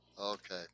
Okay